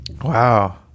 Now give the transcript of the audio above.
Wow